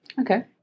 Okay